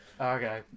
Okay